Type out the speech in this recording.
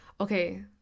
Okay